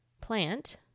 plant